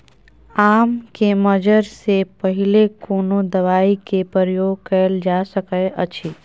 आम के मंजर से पहिले कोनो दवाई के प्रयोग कैल जा सकय अछि?